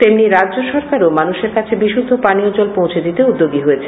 তেমনি রাজ্য সরকারও মানুষের কাছে বিশুদ্ধ পানীয় জল পৌঁছে দিতে উদ্যোগী হয়েছেন